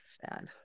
sad